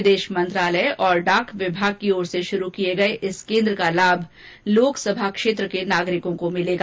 विदेश मंत्रालय और डाक विभाग की ओर से शुरू किये गये इस केन्द्र का लाभ लोकसभा क्षेत्र के नागरिकों को मिलेगा